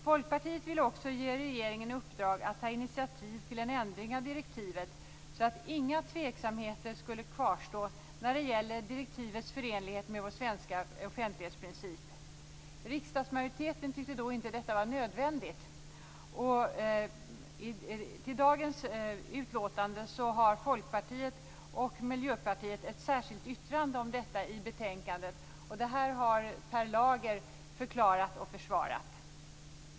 Folkpartiet ville också ge regeringen i uppdrag att ta initiativ till en ändring av direktivet så att inga tveksamheter skulle kvarstå när det gäller direktivets förenlighet med vår svenska offentlighetsprincip. Riksdagsmajoriteten tyckte då att detta inte var nödvändigt. Till dagens utlåtande har Folkpartiet och Miljöpartiet ett särskilt yttrande om detta i betänkandet, vilket Per Lager redan har förklarat och försvarat.